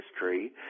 history